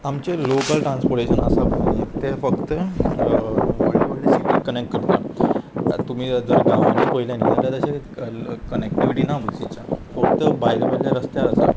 आमचें local transportation आसा पळय न्ही तें फक्त व्हडले व्हडले सिटी कनेक्ट करता तुमी जर जर गांवांनी पयलें न्ही जाल्यार तशें कनेक्टिविटी ना बसीच्या फक्त भायले भायल्या रस्त्यार आसा